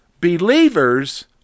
believers